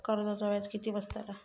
कर्जाचा व्याज किती बसतला?